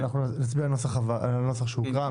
אנחנו נצביע על הנוסח שהוקרא,